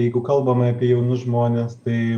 jeigu kalbame apie jaunus žmones tai